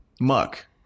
muck